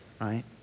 right